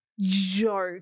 joke